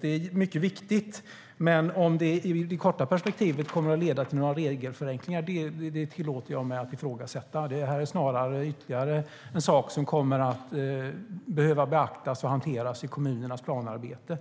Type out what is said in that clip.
Det är viktigt, men jag tillåter mig att ifrågasätta om det i det korta perspektivet kommer att leda till några regelförenklingar. Det är snarare ytterligare en sak som kommer att behöva beaktas och hanteras i kommunernas planarbete.